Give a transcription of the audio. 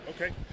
okay